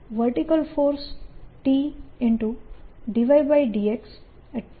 slide સમયનો સંદર્ભ લો1324